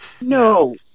No